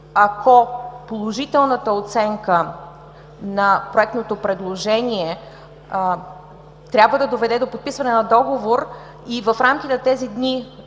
Ако положителната оценка на проектното предложение трябва да доведе до подписване на договор и в рамките на тези дни